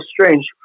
strange